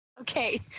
Okay